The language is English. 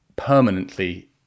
permanently